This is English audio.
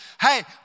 Hey